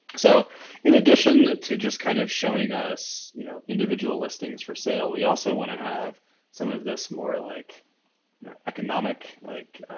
so in addition to just kind of showing us you know individual listings for sale, we also wanna have some of this more like you know economic, like